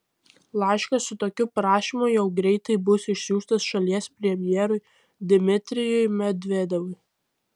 laiškas su tokiu prašymu jau greitai bus išsiųstas šalies premjerui dmitrijui medvedevui